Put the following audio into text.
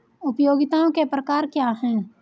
उपयोगिताओं के प्रकार क्या हैं?